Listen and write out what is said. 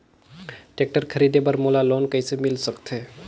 Tractor खरीदे बर मोला लोन कइसे मिल सकथे?